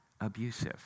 abusive